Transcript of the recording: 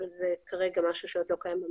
אבל זה כרגע זה משהו שעוד לא קיים.